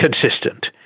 consistent